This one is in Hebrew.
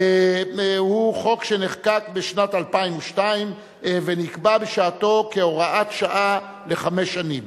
הוא חוק שנחקק בשנת 2002 ונקבע בשעתו כהוראת שעה לחמש שנים.